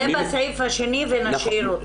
זה בסעיף השני ונשאיר אותו.